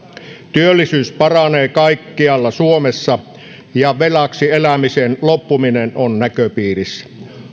työllisyys paranee kaikkialla suomessa ja velaksi elämisen loppuminen on näköpiirissä